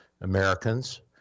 Americans